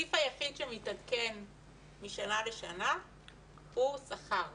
הסעיף היחיד שמתעדכן משנה לשנה הוא שכר.